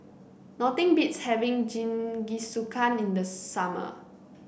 nothing beats having Jingisukan in the summer